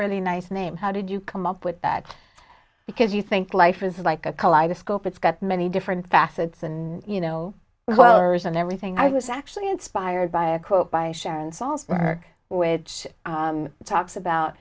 really nice name how did you come up with that because you think life is like a kaleidoscope it's got many different facets and you know well there's an everything i was actually inspired by a quote by sharon salzberg which talks about